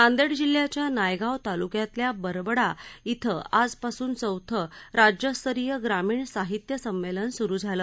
नांदेड जिल्ह्याच्या नायगाव तालुक्यातल्या बरबडा क्रे आजपासून चौथं राज्यस्तरीय ग्रामीण साहित्य संमेलन सुरु झालं